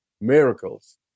Miracles